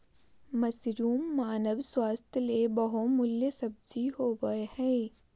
mushroom मानव स्वास्थ्य ले बहुमूल्य सब्जी होबय हइ